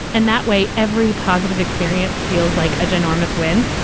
and that way, every positive experience feels like a ginormous win.